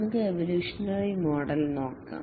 നമുക്ക് evolutionary model നോക്കാം